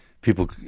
people